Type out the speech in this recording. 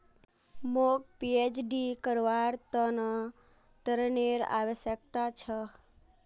मौक पीएचडी करवार त न ऋनेर आवश्यकता छ